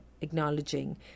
acknowledging